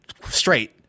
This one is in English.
straight